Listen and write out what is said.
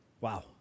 Wow